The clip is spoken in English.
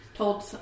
told